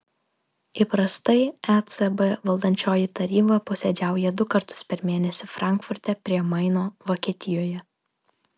įprastai ecb valdančioji taryba posėdžiauja du kartus per mėnesį frankfurte prie maino vokietijoje